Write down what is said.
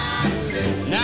Now